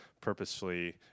purposefully